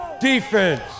Defense